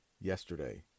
yesterday